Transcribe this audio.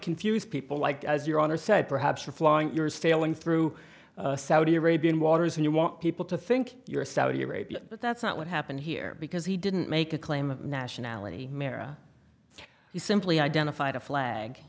confuse people like as your honor said perhaps for flying you're sailing through saudi arabian waters and you want people to think you're saudi arabia but that's not what happened here because he didn't make a claim of nationality mera he simply identified a flag